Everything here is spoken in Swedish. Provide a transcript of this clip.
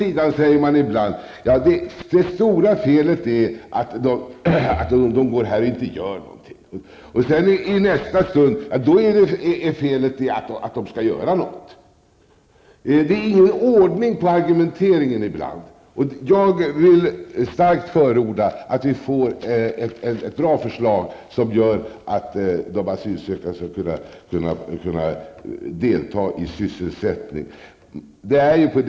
Man säger ibland att det stora felet är att de asylsökande går här och inte gör någonting. I nästa stund är felet att de skall göra någonting. Det är ingen ordning på argumenteringen ibland. Jag vill starkt förorda att vi får ett bra förslag som gör att de asylsökande skall kunna delta i sysselsättningen.